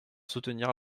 soutenir